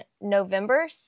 November